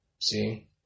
See